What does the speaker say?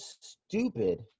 stupid